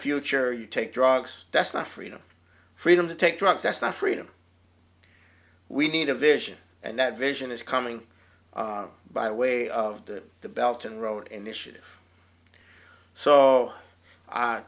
future you take drugs that's not freedom freedom to take drugs that's not freedom we need a vision and that vision is coming by way of that the belton wrote initiative so